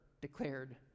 declared